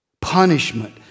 punishment